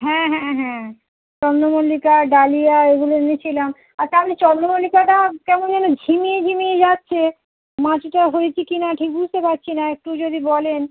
হ্যাঁ হ্যাঁ হ্যাঁ চন্দ্রমল্লিকা ডালিয়া এগুলো এনেছিলাম আর তাহলে চন্দ্রমল্লিকাটা কেমন যেন ঝিমিয়ে ঝিমিয়ে যাচ্ছে মাটিটাও হয়েছে কিনা ঠিক বুঝতে পারছি না একটু যদি বলেন